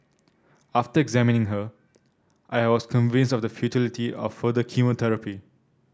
after examining her I was convinced of the futility of further chemotherapy